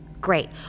Great